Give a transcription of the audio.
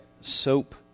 soap